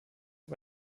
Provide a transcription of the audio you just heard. auf